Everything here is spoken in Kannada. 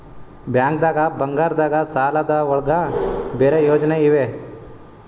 ಬ್ಯಾಂಕ್ದಾಗ ಬಂಗಾರದ್ ಸಾಲದ್ ಒಳಗ್ ಬೇರೆ ಯೋಜನೆ ಇವೆ?